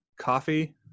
coffee